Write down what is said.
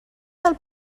del